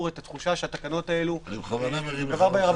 את התחושה שהתקנות האלו --- אני בכוונה מרים לך להנחתה.